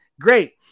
Great